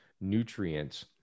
nutrients